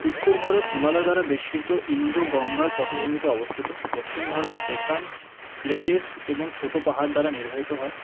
উত্তর ভারত হিমালয় দ্বারা বেষ্টিত ইন্দো গঙ্গার পটভূমিতে অবস্থিত দক্ষিণ ভারত ডেকান প্লেটস এবং ছোটো পাহাড় দ্বারা নির্ধারিত হয়